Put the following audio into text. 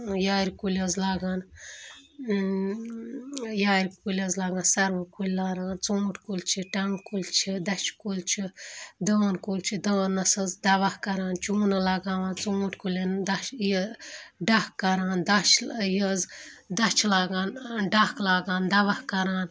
یارِ کُلۍ حظ لاگان یارِ کُلۍ حظ لاگان سَروٕ کُلۍ لاران ژوٗنٛٹھۍ کُلۍ چھِ ٹںٛگہٕ کُلۍ چھِ دَچھِ کُلۍ چھِ دٲن کُل چھِ دٲنَس حظ دَوا کَران چوٗنہٕ لگاوان ژوٗنٛٹھۍ کُلٮ۪ن دَچھ یہِ ڈَکھ کَران دَچھ یہِ حظ دَچھِ لاگان ڈَکھ لاگان دَوا کَران